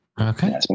Okay